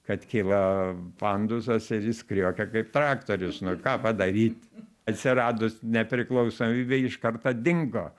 kad kyla pandusas ir jis kriokia kaip traktorius nu ką padaryt atsiradus nepriklausomybei iš karto dingo